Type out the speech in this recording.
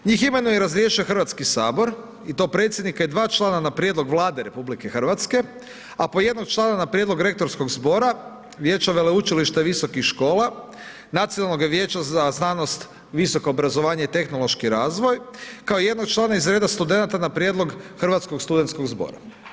Njih imenuje i razrješuje HS i to predsjednika i 2 člana na prijedlog Vlade RH, a po jednog člana na prijedlog rektorskog zbora, Vijeća veleučilišta i visokih škola, Nacionalnoga vijeća za znanost, visoko obrazovanje i tehnološki razvoj, kao i jednog člana iz reda studenata na prijedlog Hrvatskog studentskog zbora.